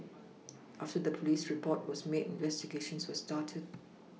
after the police report was made investigations were started